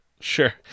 Sure